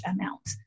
amount